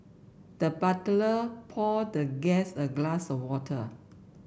the butler poured the guest a glass of water